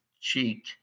cheek